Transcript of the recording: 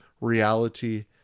reality